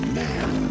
man